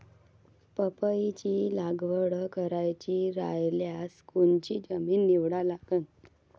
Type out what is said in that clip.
पपईची लागवड करायची रायल्यास कोनची जमीन निवडा लागन?